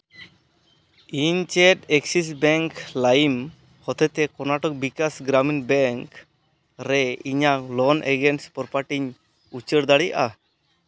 ᱤᱧ ᱪᱮᱫ Axis bank ᱞᱟᱹᱭᱤᱢ ᱛᱚᱛᱮᱡ ᱛᱮ ᱠᱚᱨᱱᱟᱴᱚᱠ ᱵᱤᱠᱟᱥ ᱜᱨᱟᱢᱤᱱ ᱵᱮᱝᱠ ᱨᱮ ᱤᱧᱟᱹᱜ ᱞᱚᱱ ᱮᱜᱮᱱᱥ ᱯᱨᱚᱯᱟᱴᱤᱧ ᱩᱪᱟᱹᱲ ᱫᱟᱲᱮᱭᱟᱜᱼᱟ